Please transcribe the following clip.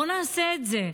בוא נעשה את זה.